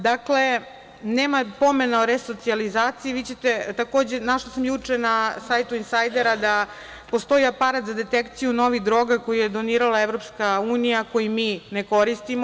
Dakle, nema pomena o resocijalizaciji, vi ćete, takođe, našla sam juče na sajtu Insajdera da postoji aparat za detekciju novih droga koji je donirala EU, a koji mi ne koristimo.